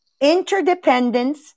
interdependence